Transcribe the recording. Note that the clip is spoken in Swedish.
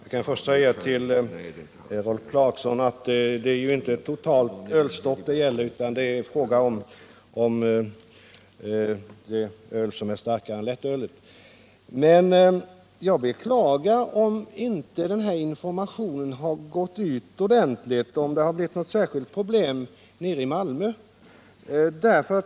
Herr talman! Jag vill först säga att det inte handlar om ett totalt ölstopp —- det gäller det öl som är starkare än lättölet. Jag beklagar om informationen inte gått ut ordentligt i Malmö.